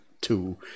two